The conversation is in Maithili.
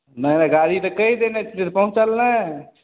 नहि नहि गाड़ी तऽ कहि देने छी पहुँचल नहि